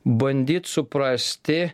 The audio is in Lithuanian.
bandyt suprasti